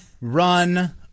run